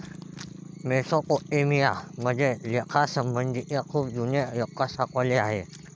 Mesopotamia मध्ये लेखासंबंधीचे खूप जुने रेकॉर्ड सापडले आहेत